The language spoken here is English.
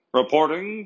reporting